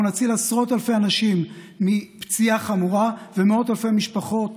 אנחנו נציל עשרות אלפי אנשים מפציעה חמורה ונציל מאות אלפי משפחות